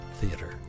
Theater